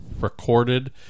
recorded